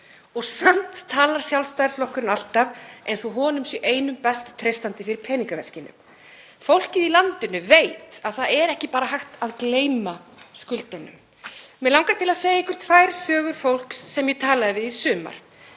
Og samt talar Sjálfstæðisflokkurinn alltaf eins og honum einum sé treystandi fyrir peningaveskinu. Fólkið í landinu veit að það er ekki hægt að bara gleyma skuldunum. sínum. Mig langar til að segja ykkur tvær sögur fólks sem ég talaði við í sumar.